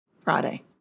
Friday